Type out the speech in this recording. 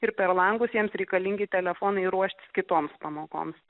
ir per langus jiems reikalingi telefonai ruoštis kitoms pamokoms